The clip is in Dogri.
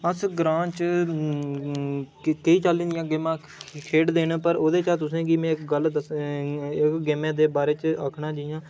अस ग्रांऽ च केईं चाल्ली दियां गेमां खेढ़दे न पर ओह्दे च तुसें ई में इक गल्ल इक गेमैं दे बारे च आखना जि'यां